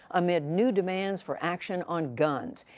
amid new demands for action on guns.